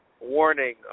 warning